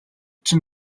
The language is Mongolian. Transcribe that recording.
чинь